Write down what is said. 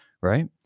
right